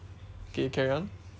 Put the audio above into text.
okay carry on